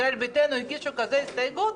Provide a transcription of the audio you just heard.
ישראל ביתנו הגישו כזאת הסתייגות,